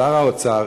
שר האוצר,